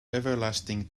everlasting